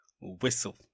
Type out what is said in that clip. whistle